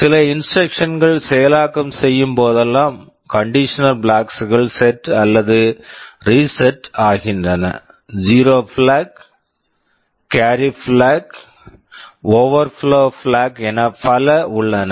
சில instruction instruction கள் செயலாக்கம் செய்யும் போதெல்லாம் கண்டிஷனல் பிளாக்ஸ் conditional flags கள் செட் set அல்லது ரீசெட் reset ஆகின்றன zero flag zero flag carry flag carry flag overflow flag overflow flag என பல உள்ளன